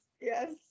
yes